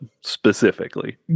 specifically